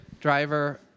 driver